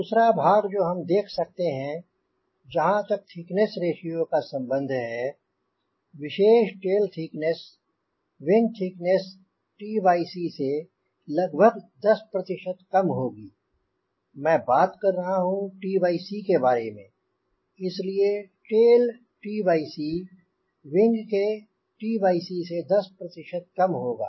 दूसरा भाग जो हम देख सकते हैं कि जहाँ तक थिकनेस रेश्यो का संबंध है विशेष टेल थिकनेस विंग थिकनेस से लगभग 10 कम होगी मैं बात कर रहा हूँ के बारे में इसलिए टेल विंग के से 10 कम होगा